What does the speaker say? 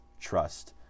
TRUST